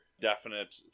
definite